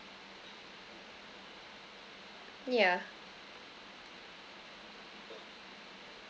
yeah